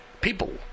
People